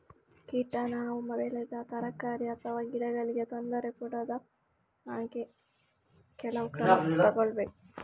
ಕೀಟ ನಾವು ಬೆಳೆದ ತರಕಾರಿ ಅಥವಾ ಗಿಡಗಳಿಗೆ ತೊಂದರೆ ಕೊಡದ ಹಾಗೆ ಕೆಲವು ಕ್ರಮ ತಗೊಳ್ಬೇಕು